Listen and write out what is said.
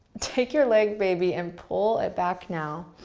take your leg baby and pull it back now.